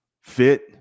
fit